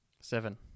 Seven